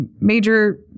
major